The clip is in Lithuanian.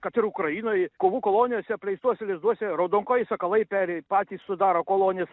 kad ir ukrainoj kovų kolonijose apleistuose lizduose raudonkojai sakalai peri patys sudaro kolonijas